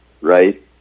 right